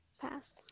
Pass